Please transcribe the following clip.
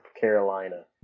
Carolina